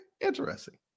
Interesting